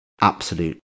absolute